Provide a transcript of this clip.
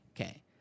okay